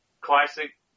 classic